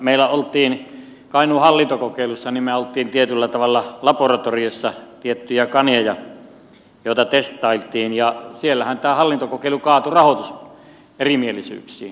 meillä oltiin kainuun hallintokokeilussa ja me olimme tietyllä tavalla laboratoriossa kaneja joita testailtiin ja siellähän tämä hallintokokeilu kaatui rahoituserimielisyyksiin